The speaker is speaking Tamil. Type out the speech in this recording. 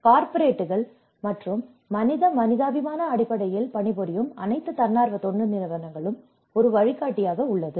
கார்ப்பரேட்டுகள் மற்றும் மனித மனிதாபிமான அடிப்படையில் பணிபுரியும் அனைத்து தன்னார்வ தொண்டு நிறுவனங்களுக்கும் ஒரு வழிகாட்டி உள்ளது